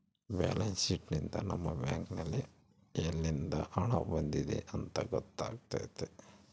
balance sheet ಯಿಂದ ನಮ್ಮ bank ನಲ್ಲಿ ಯಲ್ಲಿಂದ ಹಣ ಬಂದಿದೆ ಅಂತ ಗೊತ್ತಾತತೆ